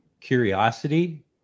curiosity